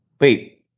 wait